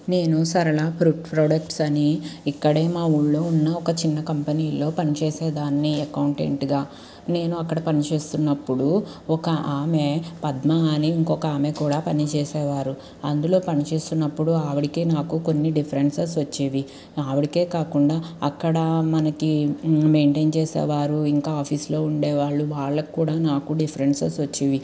నేను Sarala food products అని ఇక్కడే మా ఊళ్లో ఉన్న ఒక చిన్న కంపెనీలో పని చేసే దాన్ని అకౌంటెంట్గా నేను అక్కడ పని చేస్తున్నప్పుడు ఒక ఆమె పద్మా అని ఇంకొక ఆమె కూడా పనిచేసేవారు అందులో పనిచేస్తున్నప్పుడు ఆవిడకి నాకు కొన్ని డిఫరెన్సెస్ వచ్చేవి ఆవిడకే కాకుండా అక్కడ మనకి మెయిన్టైన్ చేసేవారు ఇంకా ఆఫీసులో ఉండే వాళ్ళు వాళ్లకు కూడా నాకు డిఫరెన్సెస్ వచ్చేవి